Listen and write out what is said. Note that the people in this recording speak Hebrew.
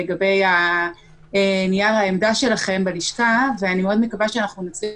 לגבי נייר העמדה שלכם בלשכה ואני מאוד מקווה שנצליח